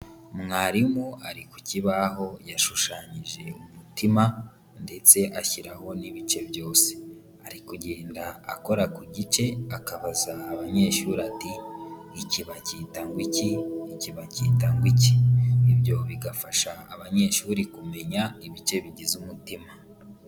Mwarimu ari ku kibaho yashushanyije umutima ndetse ashyiraho n'ibice byose, ari kugenda akora ku gice, akabaza abanyeshuri ati "iki bacyita ngo iki, iki bacyita ngo iki", ibyo bigafasha abanyeshuri kumenya ibice bigize umutima.